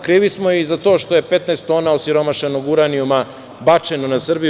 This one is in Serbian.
Krivi smo i za to što je 15 tona osiromašenog uranijuma bačeno na Srbiju.